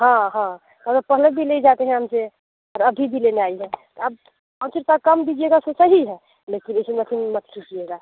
हाँ हाँ और पहले भी ले जाते हैं हमसे और अभी भी लेने आई हैं आप पाँच रुपया कम दीजिएगा तो सही है लेकिन मत कीजिएगा